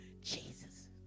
Jesus